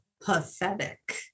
pathetic